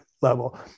level